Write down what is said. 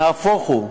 נהפוך הוא,